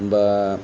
बा